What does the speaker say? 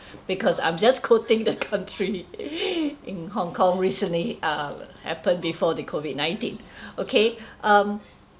because I'm just quoting the country in Hong-Kong recently uh happened before the COVID nineteen okay um tried